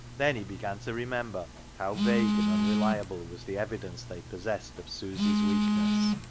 then he began to remember how vague and unreliable was the evidence they possessed of susy's weakness,